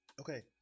Okay